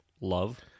love